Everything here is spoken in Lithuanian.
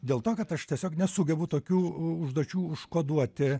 dėl to kad aš tiesiog nesugebu tokių užduočių užkoduoti